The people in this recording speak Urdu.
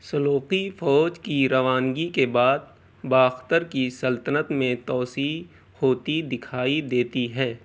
سلجوقی فوج کی روانگی کے بعد باختر کی سلطنت میں توسیع ہوتی دکھائی دیتی ہے